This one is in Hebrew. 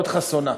מאוד חסונה.